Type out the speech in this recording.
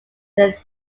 their